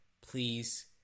please